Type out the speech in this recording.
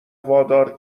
وادار